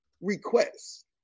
requests